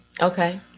Okay